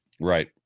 Right